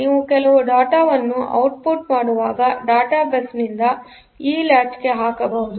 ನೀವು ಕೆಲವು ಡೇಟಾವನ್ನು ಔಟ್ಪುಟ್ ಮಾಡುವಾಗ ಡೇಟಾ ಬಸ್ ನಿಂದ ಈ ಲ್ಯಾಚ್ಗೆ ಹಾಕಬಹುದು